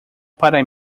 para